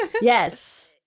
yes